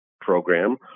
program